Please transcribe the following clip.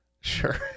Sure